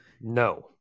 No